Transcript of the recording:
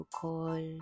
call